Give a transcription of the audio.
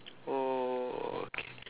oh okay